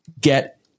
get